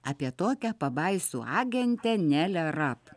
apie tokią pabaisų agentę nelę rap